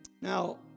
Now